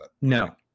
No